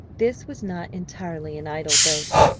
this was not entirely an idle boast,